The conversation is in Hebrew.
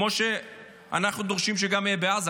כמו שאנחנו דורשים שיהיה גם בעזה.